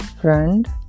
FRIEND